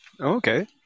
Okay